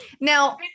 Now